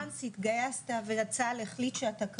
וואנס, התגייסת וצה"ל החליט שאתה קרבי,